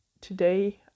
today